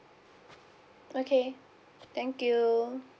okay thank you